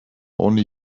only